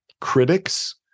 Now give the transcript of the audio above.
critics